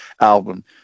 album